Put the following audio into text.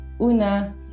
Una